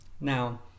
Now